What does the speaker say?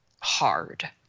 hard